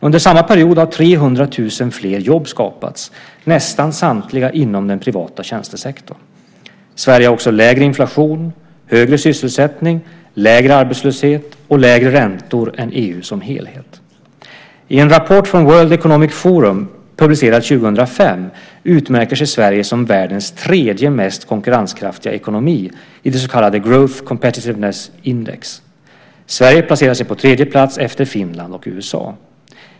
Under samma period har 300 000 fler jobb skapats, nästan samtliga inom den privata tjänstesektorn. Sverige har också lägre inflation, högre sysselsättning, lägre arbetslöshet och lägre räntor än EU som helhet. I en rapport från World Economic Forum publicerad 2005 utmärker sig Sverige som världens tredje mest konkurrenskraftiga ekonomi i det så kallade Growth Competitiveness Index. Sverige placerar sig på tredje plats efter Finland och USA.